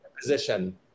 position